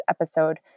episode